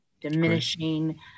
diminishing